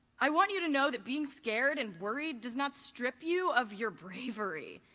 i want you to know that being scared and worried does not strip you of your bravery.